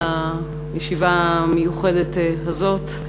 על הישיבה המיוחדת הזאת.